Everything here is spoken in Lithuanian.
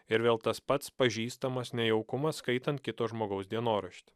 ir vėl tas pats pažįstamas nejaukumas skaitant kito žmogaus dienoraštį